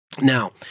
Now